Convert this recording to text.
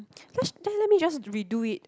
just just let me just redo it